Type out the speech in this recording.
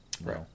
Right